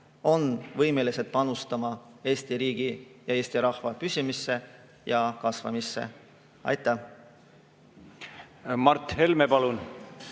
on võimelised panustama Eesti riigi ja Eesti rahva püsimisse ja kasvamisse. Aitäh! Ma olen